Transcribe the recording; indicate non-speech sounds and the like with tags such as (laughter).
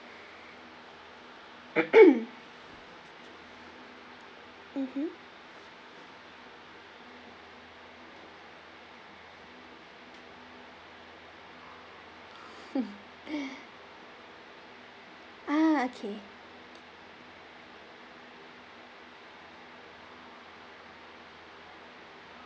(noise) mmhmm (laughs) ah okay